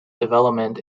development